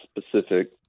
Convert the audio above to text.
specific